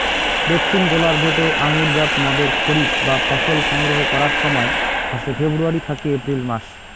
দক্ষিন গোলার্ধ তে আঙুরজাত মদের খরিফ বা ফসল সংগ্রহ করার সময় হসে ফেব্রুয়ারী থাকি এপ্রিল মাস